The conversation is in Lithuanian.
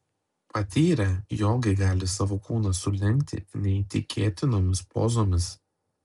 patyrę jogai gali savo kūną sulenkti neįtikėtinomis pozomis